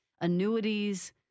annuities